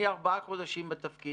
אני ארבעה חודשים בתפקיד.